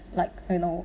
like you know